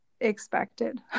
expected